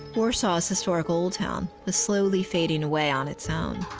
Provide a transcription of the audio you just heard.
warsaw's historical old town is slowly fading away on its own.